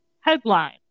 Headline